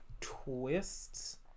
twists